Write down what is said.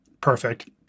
Perfect